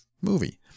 movie